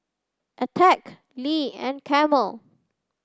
Attack Lee and Camel